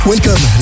Welcome